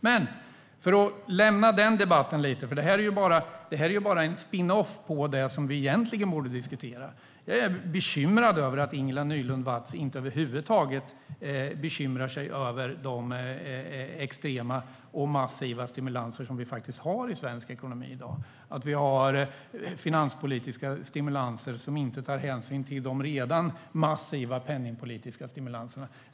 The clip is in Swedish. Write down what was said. Men för att lämna den debatten lite - det är ju bara en spinoff på det vi egentligen borde diskutera: Jag är bekymrad över att Ingela Nylund Watz över huvud taget inte bekymrar sig över de extrema och massiva stimulanser som vi har i svensk ekonomi i dag. Vi har finanspolitiska stimulanser som inte tar hänsyn till de redan massiva penningpolitiska stimulanserna.